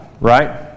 right